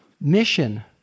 mission